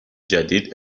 جدید